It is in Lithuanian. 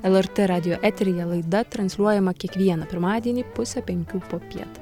lrt radijo eteryje laida transliuojama kiekvieną pirmadienį pusę penkių popiet